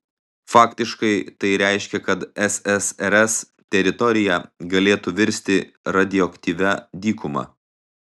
faktiškai tai reiškė kad ssrs teritorija galėtų virsti radioaktyvia dykuma